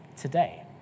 today